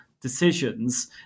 decisions